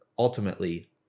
Ultimately